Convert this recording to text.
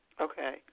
Okay